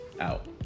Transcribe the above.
out